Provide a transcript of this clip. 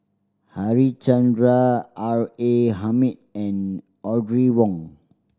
Harichandra R A Hamid and Audrey Wong